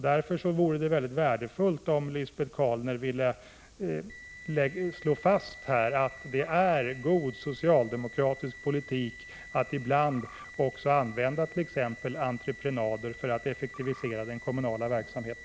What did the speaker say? Därför vore det värdefullt om Lisbet Calner ville slå fast att det är god socialdemokratisk politik att ibland också använda t.ex. entreprenader för att effektivisera den kommunala verksamheten.